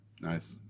Nice